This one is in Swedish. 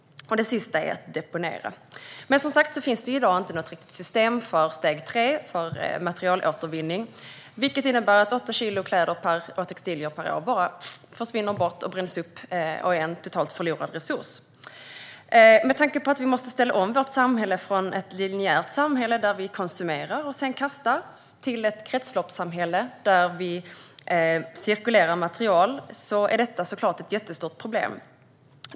Det sista steget är att deponera. Som sagt finns det i dag inget fungerande system för steg tre, för materialåtervinning. Det innebär att 8 kilo textilier per person och år bara försvinner, bränns upp och är en totalt förlorad resurs. Med tanke på att vi måste ställa om vårt samhälle från ett linjärt samhälle där vi konsumerar och sedan kastar till ett kretsloppssamhälle där vi cirkulerar material är detta såklart ett jättestort problem.